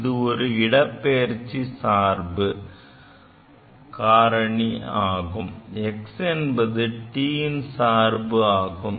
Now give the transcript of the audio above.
இது ஒரு இடப்பெயர்ச்சி சார்பு காரணி ஆகும் x என்பது t ன் சார்பு ஆகும்